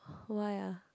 why ah